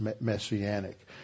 messianic